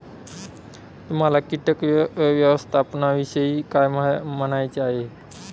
तुम्हाला किटक व्यवस्थापनाविषयी काय म्हणायचे आहे?